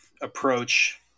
approach